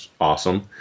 awesome